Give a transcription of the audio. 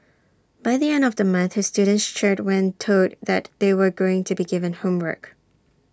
by the end of the month his students cheered when told that they were going to be given homework